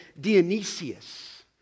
Dionysius